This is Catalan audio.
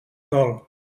dol